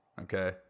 Okay